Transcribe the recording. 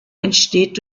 entsteht